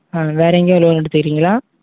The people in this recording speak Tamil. வேறு எங்கேயாவுது லோன் எடுத்துருக்கீங்களா